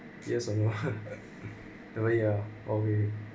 yes know the where are we